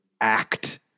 act